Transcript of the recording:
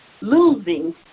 losing